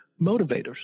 motivators